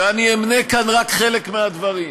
ואני אמנה כאן רק חלק מהדברים,